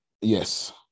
yes